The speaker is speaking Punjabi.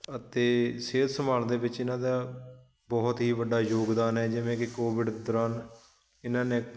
ਅਤੇ ਸਿਹਤ ਸੰਭਾਲ ਦੇ ਵਿੱਚ ਇਹਨਾਂ ਦਾ ਬਹੁਤ ਹੀ ਵੱਡਾ ਯੋਗਦਾਨ ਹੈ ਜਿਵੇਂ ਕੀ ਕੋਵਿਡ ਦੌਰਾਨ ਇਹਨਾਂ ਨੇ